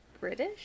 british